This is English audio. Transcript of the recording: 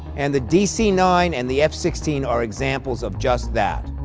and the dc nine and the f sixteen are examples of just that.